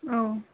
औ